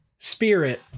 spirit